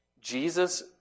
Jesus